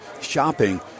shopping